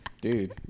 Dude